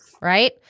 Right